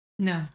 No